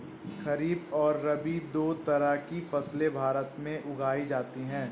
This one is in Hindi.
खरीप और रबी दो तरह की फैसले भारत में उगाई जाती है